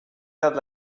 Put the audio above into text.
that